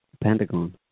Pentagon